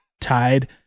Tied